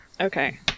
Okay